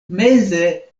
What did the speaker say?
meze